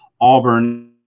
Auburn